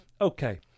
okay